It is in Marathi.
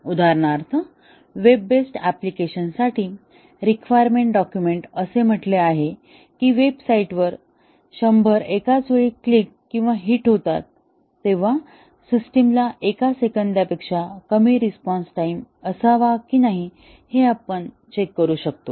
उदाहरणार्थ वेब बेस्ड आप्लिकेशन साठी रिक्वायरमेंट डॉक्युमेंटमध्ये असे म्हटले आहे की वेबसाइटवर १०० एकाचवेळी क्लिक किंवा हिट होतात तेव्हा सिस्टमला एका सेकंदापेक्षा कमी रिस्पॉन्स टाइम असावा की नाही हे आपण चेक करू शकतो